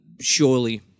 surely